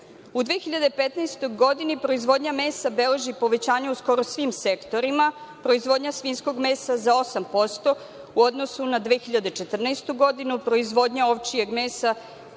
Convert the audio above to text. U 2015. godini proizvodnja mesa beleži povećanje u skoro svim sektorima, proizvodnja svinjskog mesa za 8% u odnosu na 2014. godinu, a proizvodnja ovčijeg mesa